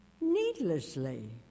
needlessly